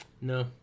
No